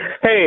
Hey